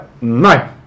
No